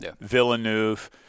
Villeneuve